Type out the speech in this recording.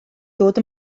ddod